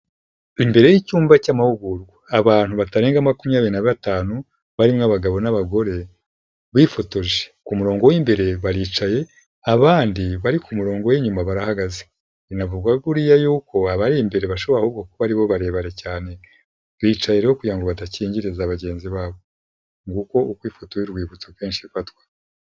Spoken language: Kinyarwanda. Imbere y'icyumba cy'amahugurwa. Abantu batarenga makumyabiri na batanu barimo abagabo n'abagore bifotoje. Ku murongo w'imbere baricaye abandi bari ku murongo w'inyuma barahagaze. Binavugwa kuriya yuko abari imbere bashobora ahubwo ko aribo barebare cyane. Bicaye rero kugira ngo badakingiriza bagenzi babo. Nguko uko ifoto y'urwibutso akenshi ifatwa.